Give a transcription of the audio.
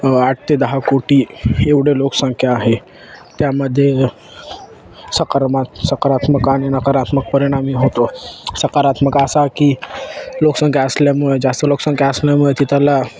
आठ ते दहा कोटी एवढे लोकसंख्या आहे त्यामध्ये सकारमात सकारात्मक आणि नकारात्मक परिणामही होतो सकारात्मक असा की लोकसंख्या असल्यामुळे जास्त लोकसंख्या असल्यामुळे तिथला